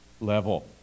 level